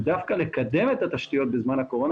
זה דווקא לקדם את התשתיות בזמן הקורונה